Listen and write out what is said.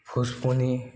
Puspuni